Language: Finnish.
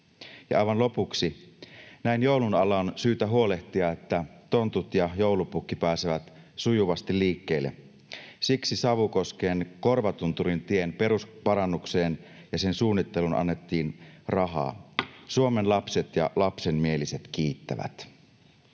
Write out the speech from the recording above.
Ja aivan lopuksi: Näin joulun alla on syytä huolehtia, että tontut ja joulupukki pääsevät sujuvasti liikkeelle. Siksi Savukosken Korvatunturintien perusparannukseen ja sen suunnitteluun annettiin rahaa. Suomen lapset ja lapsenmieliset kiittävät.